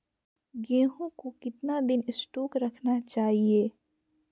गेंहू को कितना दिन स्टोक रखना चाइए?